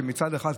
מצד אחד,